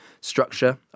structure